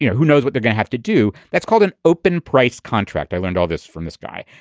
yeah who knows what they're gonna have to do. that's called an open price contract. i learned all this from this guy.